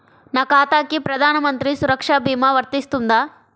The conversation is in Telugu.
నా ఖాతాకి ప్రధాన మంత్రి సురక్ష భీమా వర్తిస్తుందా?